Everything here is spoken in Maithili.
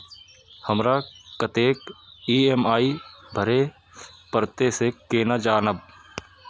हमरा कतेक ई.एम.आई भरें परतें से केना जानब?